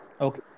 Okay